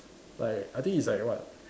like I think it's like what